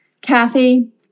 Kathy